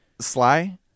Sly